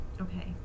Okay